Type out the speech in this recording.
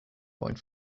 point